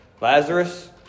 Lazarus